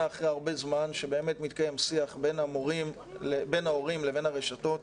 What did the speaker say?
אחרי הרבה זמן שבאמת מתקיים שיח בין ההורים לבין הרשתות,